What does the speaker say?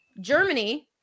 Germany